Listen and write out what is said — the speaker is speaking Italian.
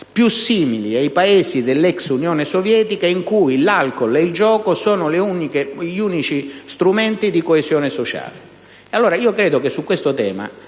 più simili ai Paesi dell'ex Unione Sovietica in cui l'alcool e il gioco sono gli unici strumenti di coesione sociale. Credo che su questo tema